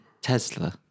Tesla